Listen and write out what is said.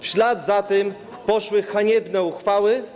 W ślad za tym poszły haniebne uchwały.